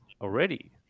already